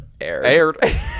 aired